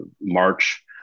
March